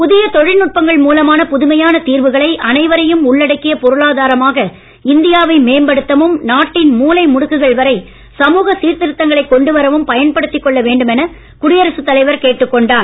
புதிய தொழில்நுட்பங்கள் மூலமான புதுமையான தீர்வுகளை அனைவரையும் உள்ளடக்கிய பொருளாதாரமாக இந்தியாவை மேம்படுத்தவும் நாட்டின் மூலை முடுக்குகள் வரை சமூக சீர்திருத்தங்களை கொண்டுவரவும் பயன்படுத்திக் கொள்ள வேண்டும் என குடியரசுத் தலைவர் கேட்டுக் கொண்டார்